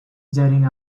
jetting